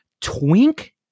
twink